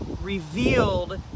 revealed